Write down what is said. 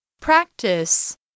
Practice